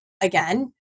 again